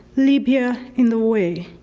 libya in the way,